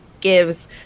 gives